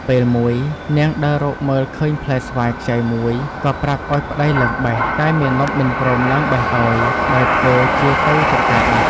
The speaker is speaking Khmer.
ពេលមួយនាងដើររកមើលឃើញផ្លែស្វាយខ្ចីមួយក៏ប្រាប់ឲ្យប្ដីឡើងបេះ តែមាណពមិនព្រមឡើងបេះឲ្យ ដោយធ្វើជាទៅចម្ការបាត់ ។